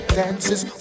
dances